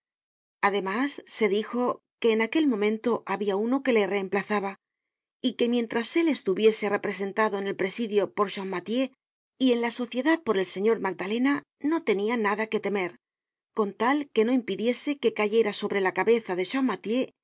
además se dijo que en aquel momento habia uno que le reemplazaba y que mientras él estuviese representado en el presidio por champmathieu y en la sociedad por el señor magdalena no tenia nada que temer con tal que no impidiese que cayera sobre la cabeza de